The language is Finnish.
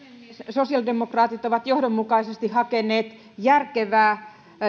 sosiaalidemokraatit ovat johdonmukaisesti hakeneet järkevää